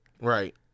right